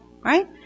Right